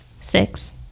Six